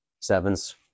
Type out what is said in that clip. Seven's